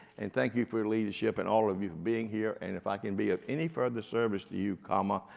and thank you for your leadership and all of you for being here, and if i can be of any further service to you, comma,